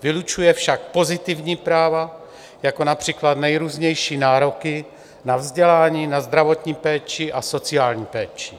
Vylučuje však pozitivní práva jako například nejrůznější nároky na vzdělání, zdravotní péči a sociální péči.